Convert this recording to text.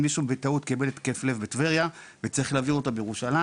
אם מישהו קיבל התקף לב בטבריה וצריך להעביר אותו לירושלים